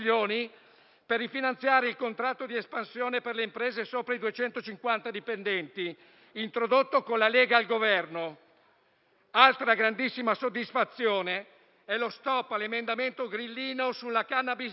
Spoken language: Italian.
per rifinanziare il contratto di espansione per le imprese sopra i 250 dipendenti, introdotto con la Lega al Governo. Altra grandissima soddisfazione è lo *stop* all'emendamento grillino sulla *cannabis light*.